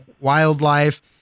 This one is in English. wildlife